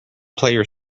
player